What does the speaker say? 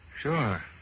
Sure